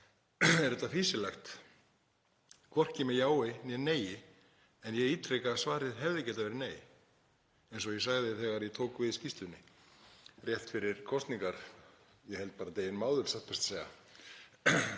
Er þetta fýsilegt? hvorki með jái né neii. En ég ítreka að svarið hefði getað verið nei, eins og ég sagði þegar ég tók við skýrslunni rétt fyrir kosningar, ég held bara deginum áður, satt best að segja.